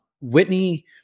Whitney